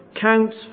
counts